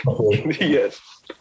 yes